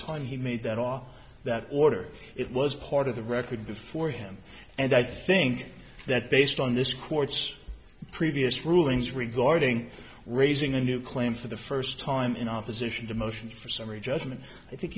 time he made that all that order it was part of the record before him and i think that based on this court's previous rulings regarding raising a new claim for the first time in opposition the motion for summary judgment i think